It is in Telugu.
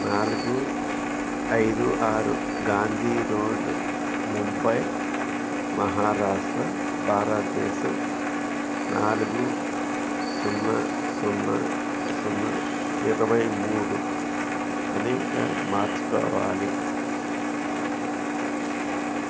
నాలుగు ఐదు ఆరు గాంధీ రోడ్ ముంబై మహారాష్ట్ర భారతదేశం నాలుగు సున్నా సున్నా సున్నా ఇరవై మూడుగా మార్చుకోవాలి